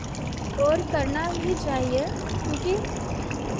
और करना भी चाहिए क्योंकि